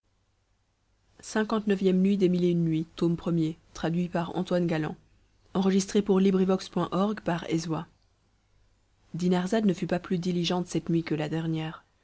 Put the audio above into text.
la sultane lix nuit dinarzade ne fut pas plus diligente cette nuit que la dernière